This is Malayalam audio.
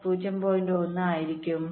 1 ആയിരിക്കും